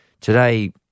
today –